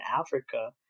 Africa